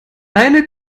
eine